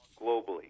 globally